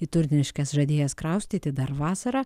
į turniškes žadėjęs kraustyti dar vasarą